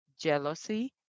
jealousy